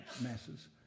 masses